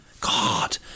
god